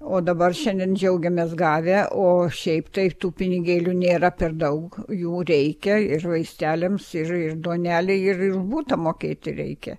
o dabar šiandien džiaugiamės gavę o šiaip tai tų pinigėlių nėra per daug jų reikia ir vaisteliams ir ir duonelei ir už butą mokėti reikia